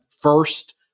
first